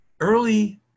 early